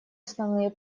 основные